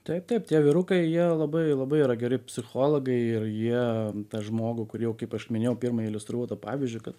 taip taip tie vyrukai jie labai labai yra geri psichologai ir jie tą žmogų kur jau kaip aš minėjau pirma iliustravau tuo pavyzdžiu kad